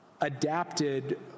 adapted